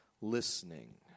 listening